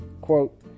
Quote